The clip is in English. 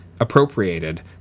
appropriated